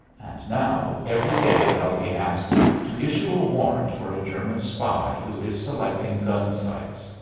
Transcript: and now every day i'll be asked to issue a warrant for a german spy who is selecting gun sites.